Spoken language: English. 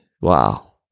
wow